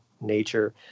nature